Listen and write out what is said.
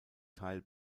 teil